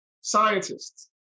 scientists